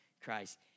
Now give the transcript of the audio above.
Christ